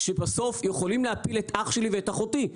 שבסוף יכולים להפיל את אח שלי ואת אחותי.